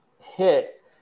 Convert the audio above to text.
hit